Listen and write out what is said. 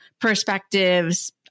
perspectives